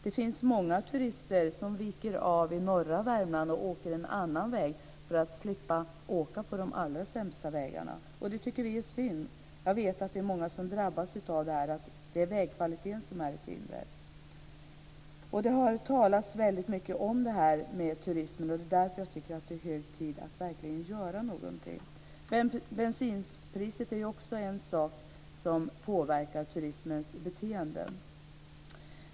Det finns många turister som viker av i norra Värmland och åker en annan väg för att slippa åka på de allra sämsta vägarna. Det tycker vi är synd. Jag vet att det är många om drabbas av detta. Det är vägkvaliteten som är ett hinder. Det har talats väldigt mycket om turismen, och därför tycker jag att det är hög tid att verkligen göra någonting. Bensinpriset är en annan sak som påverkar turismens beteende.